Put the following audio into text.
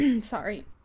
Sorry